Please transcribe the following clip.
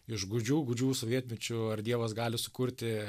iš gūdžių gūdžių sovietmečiu ar dievas gali sukurti